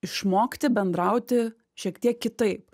išmokti bendrauti šiek tiek kitaip